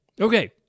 Okay